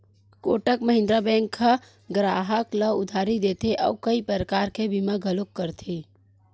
Kotak Mahindra bank ह गराहक ल उधारी देथे अउ कइ परकार के बीमा घलो करथे